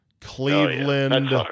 Cleveland